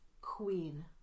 queen